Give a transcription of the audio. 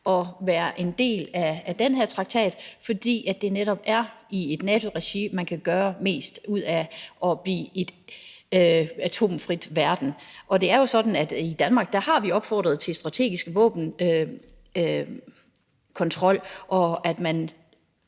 at være en del af den her traktat, fordi det netop er i NATO-regi, at man kan gøre mest, i forhold til at verden bliver en atomfri verden. Og det er jo sådan, at vi i Danmark har opfordret til kontrol med strategiske våben og til, at man